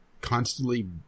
constantly